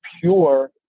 pure